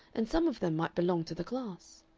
and some of them might belong to the class.